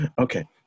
Okay